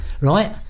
Right